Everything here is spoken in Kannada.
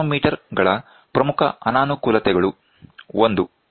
ಮಾನೋಮೀಟರ್ಗಳ ಪ್ರಮುಖ ಅನಾನುಕೂಲತೆಗಳು 1